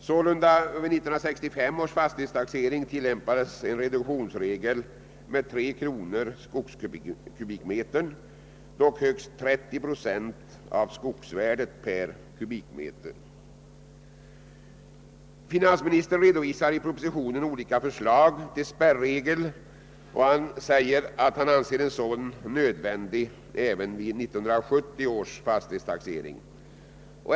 Sålunda tillämpades vid 1965 års fastighetstaxering en reduktionsregel med 3 kronor per skogskubikmeter, dock högst 30 procent av skogsvärdet per kubikmeter. Finansministern redovisar i propositionen olika förslag till spärregel. Han säger att han anser en sådan nödvändig även vid 1970 års fastighetstaxering.